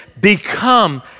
become